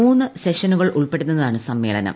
മൂന്ന് സെഷനുകൾ ഉൾപ്പെടുന്നതാണു സമ്മേളനം